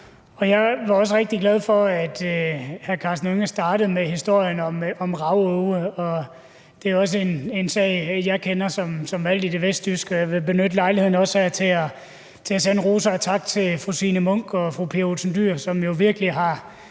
jeg var også rigtig glad for, at hr. Karsten Hønge startede med historien om Rav-Aage. Det er også en sag, jeg kender som valgt i det vestjyske, og jeg vil benytte lejligheden også her til at sende ros og tak til fru Signe Munk og fru Pia Olsen Dyhr, som jo virkelig har